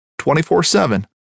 24-7